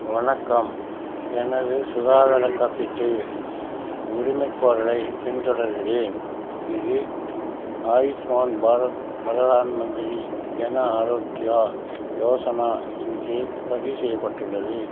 வணக்கம் எனது சுகாதாரக் காப்பீட்டு உரிமைக் கோரலைப் பின் தொடர்கிறேன் இது ஆயுஷ்மான் பாரத் பிரதான் மந்திரி ஜன ஆரோக்யா யோசனா இன் கீழ் பதிவு செய்யப்பட்டுள்ளது